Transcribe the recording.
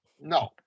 No